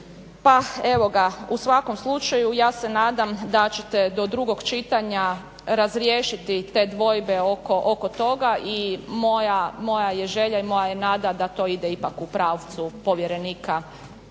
pa evo ga, u svakom slučaju, ja se nadam do ćete do drugog čitanja razriješiti te dvojbe oko toga i moja je želja i moja je nada da to ide ipak u pravcu povjerenika